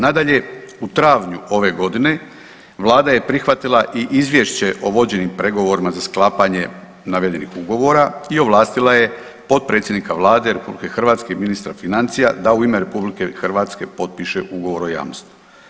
Nadalje u travnju ove godine Vlada je prihvatila i izvješće o vođenim pregovorima za sklapanje navedenih ugovara i ovlastila je potpredsjednika Vlade RH i ministra financija da u ime RH potpiše Ugovor o jamstvu.